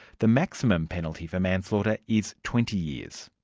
the maximum penalty for manslaughter is twenty years.